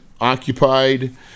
occupied